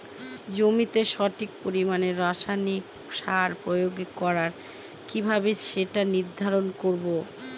জমিতে সঠিক পরিমাণে রাসায়নিক সার প্রয়োগ করা কিভাবে সেটা নির্ধারণ করব?